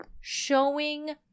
Showing